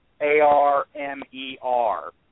A-R-M-E-R